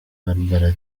barbara